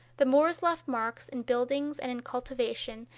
the moors left marks in buildings and in cultivation,